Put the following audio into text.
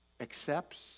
accepts